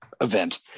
event